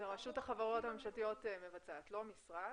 החברות הממשלתיות מבצעת לא המשרד.